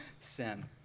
sin